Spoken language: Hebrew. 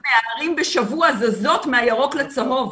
15% מהערים בשבוע זזות מהירוק לצהוב,